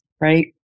right